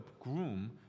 groom